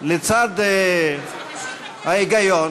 לצד ההיגיון